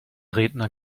redner